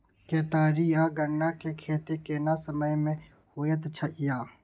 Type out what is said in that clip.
केतारी आ गन्ना के खेती केना समय में होयत या?